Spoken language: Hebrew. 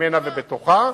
ממנה ובתוכה,